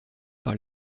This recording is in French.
par